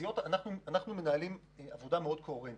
אנחנו מנהלים עבודה מאוד קוהרנטית,